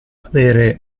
avere